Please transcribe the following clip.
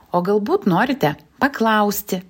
o galbūt norite paklausti